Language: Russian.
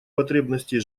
потребностей